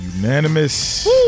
unanimous